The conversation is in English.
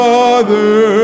Father